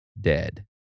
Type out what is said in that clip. dead